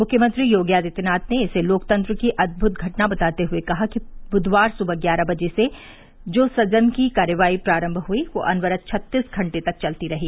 मुख्यमंत्री योगी आदित्यनाथ ने इसे लोकतंत्र की अद्भुत घटना बताते हुए कहा कि बुधवार सुबह ग्यारह बजे से सदन की जो कार्यवाही प्रारम्भ हुई वह अनवरत छत्तीस घंटे तक चलती रही